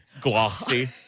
glossy